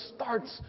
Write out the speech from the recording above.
starts